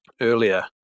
earlier